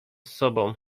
sobą